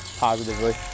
Positively